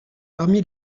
parmi